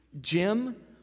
Jim